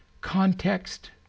context